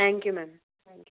thank you ma'am